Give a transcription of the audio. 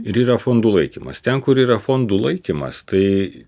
ir yra fondų laikymas ten kur yra fondų laikymas tai